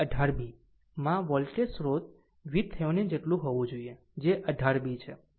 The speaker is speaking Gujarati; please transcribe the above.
18 b માં વોલ્ટેજ સ્ત્રોત VThevenin જેટલું હોવું જોઈએ જે 18 b છે